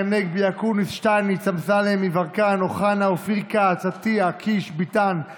בלי מילת חרטה על זה שחוק החשמל המופקר עבר ושההתיישבות הצעירה,